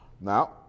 now